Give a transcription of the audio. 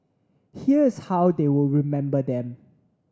here's how they will remember them